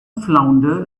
flounder